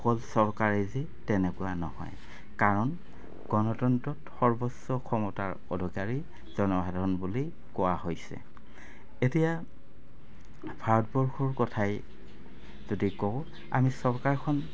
অকল চৰকাৰে যি তেনেকুৱা নহয় কাৰণ গণতন্ত্ৰত সৰ্বোচ্চ ক্ষমতাৰ অধিকাৰী জনসাধৰণ বুলি কোৱা হৈছে এতিয়া ভাৰতবৰ্ষৰ কথাই যদি কওঁ আমি চৰকাৰখন